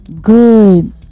good